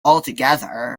altogether